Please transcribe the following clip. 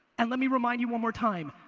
and let me remind you one more time,